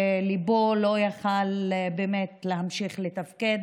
ליבו לא יכול היה באמת להמשיך לתפקד.